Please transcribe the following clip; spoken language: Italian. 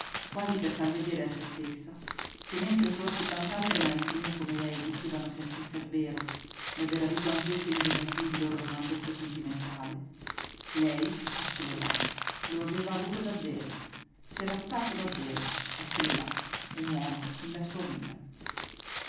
quasi per far vedere a se stessa che mentre forse tant'altre maestrine come lei dicevano senz'esser vero d'avere avuto anch'esse in gioventù il loro romanzetto sentimentale lei eccolo là lo aveva avuto davvero c'era stato davvero eccolo là un uomo nella sua vita